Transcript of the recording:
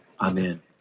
amen